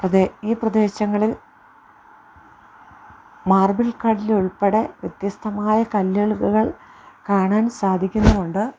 പ്രദേശം ഈ പ്രദേശങ്ങളിൽ മാർബിൾ കല്ല് ഉൾപ്പെടെ വ്യത്യസ്തമായ കല്ലകുകൾ കാണാൻ സാധിക്കുന്നുണ്ട്